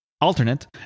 alternate